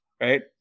right